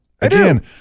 Again